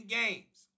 games